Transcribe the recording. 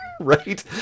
Right